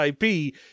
IP